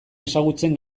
ezagutzen